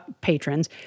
patrons